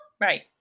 right